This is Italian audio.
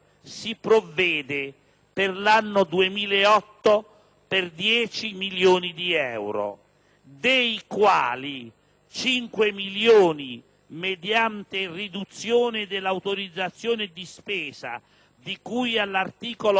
per l'anno 2008 per 10 milioni di euro, dei quali 5 milioni mediante riduzione dell'autorizzazione di spesa di cui all'articolo 12 della legge